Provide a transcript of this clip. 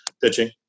pitching